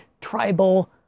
tribal